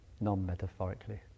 non-metaphorically